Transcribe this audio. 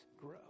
grow